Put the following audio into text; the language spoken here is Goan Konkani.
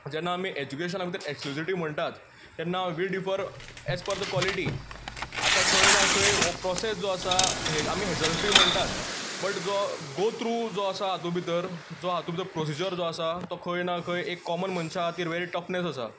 जेन्ना आमी एज्युकेशना भितर एक्स्क्लुझिविटी म्हणटात तेन्ना we differ as per the quality आतां खंय ना खंय हो प्रोसेस जो आसा आमी हेस्सल फ्री म्हणटात बट जो गो थ्रू जो आसा हातूंत भितर जो हातूंत भितर प्रोसिजर जो आसा तो खंय ना खंय एक कॉमन मनशा खातीर व्हेरी आसा